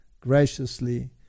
graciously